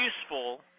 useful